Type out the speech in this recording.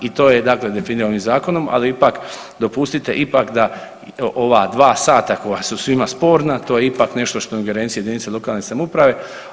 I to je dakle definirano ovim zakonom, ali ipak, dopustite ipak da ova dva sata koja su svima sporna to je ipak nešto što je u ingerenciji jedinica lokalne samouprave.